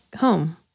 home